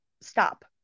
stop